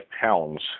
pounds